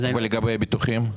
ולגבי הביטוחים?